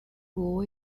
owe